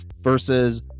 versus